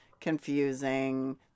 confusing